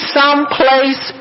someplace